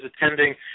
attending